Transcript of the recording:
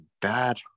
bad